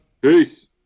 Peace